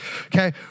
okay